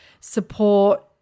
support